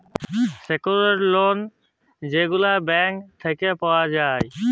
secured লল যেগলা bank থ্যাইকে পাউয়া যায়